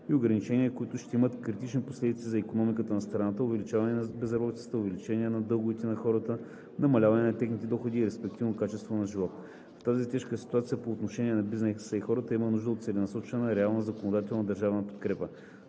и ограничения, които ще имат критични последици за икономиката на страната, увеличаване на безработицата, увеличаване на дълговете на хората, намаляване на техните доходи и респективно качеството на живот. В тази тежка ситуация по отношение на бизнеса и хората има нужда от целенасочена реална законодателна държавна подкрепа.